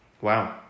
Wow